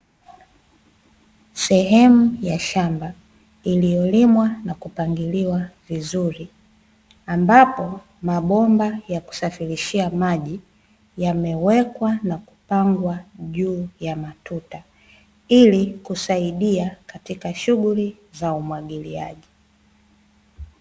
Sehemu ya shamba iliyolimwa na kupangiliwa vizuri, ambapo mabomba ya kusafirishia maji yamewekwa na kupangwa juu ya matuta, ili kusaidia katika shughuli za umwagiliaji.